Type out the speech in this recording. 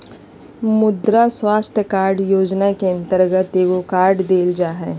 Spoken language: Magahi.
मुद्रा स्वास्थ कार्ड योजना के अंतर्गत एगो कार्ड देल जा हइ